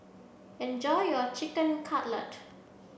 enjoy your Chicken Cutlet